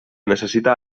necessita